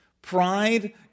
Pride